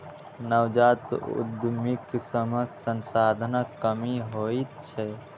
नवजात उद्यमीक समक्ष संसाधनक कमी होइत छैक